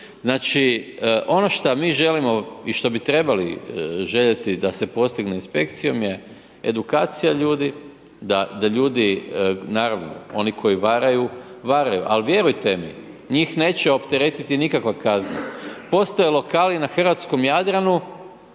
Znači, ono šta mi želimo i što bi trebali željeti da se postigne inspekcijom je edukacija ljudi, da ljudi, naravno oni koji varaju, varaju, ali vjerujte mi njih neće opteretiti nikakva kazna. Postoje lokali na hrvatskom Jadranu